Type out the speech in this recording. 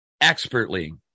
expertly